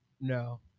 no